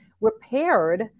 repaired